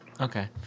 okay